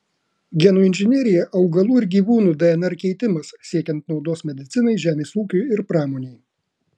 genų inžinerija augalų ir gyvūnų dnr keitimas siekiant naudos medicinai žemės ūkiui ir pramonei